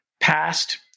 past